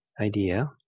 idea